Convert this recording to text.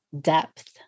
depth